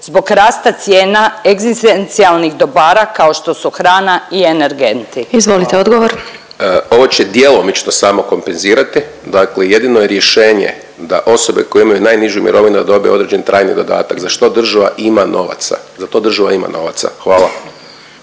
zbog rasta cijena egzistencijalnih dobara kao što su hrana i energenti? **Glasovac, Sabina (SDP)** Izvolite odgovor. **Hajdaš Dončić, Siniša (SDP)** Ovo će djelomično samo kompenzirati, dakle jedino je rješenje da osobe koje imaju najnižu mirovinu, da dobiju određen trajni dodatak, za što država ima novaca. Za to država ima novaca. Hvala.